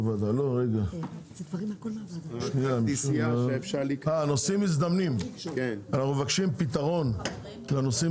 לגבי נוסעים מזדמנים אנחנו מבקשים פתרון לנוסעים